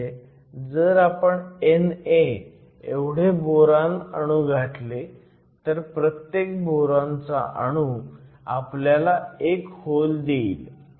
म्हणजे जर आपण NA एवढे बोरॉन अणू घातले तर प्रत्येक बोरॉनचा अणू आपल्याला एक होल देईल